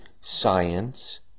science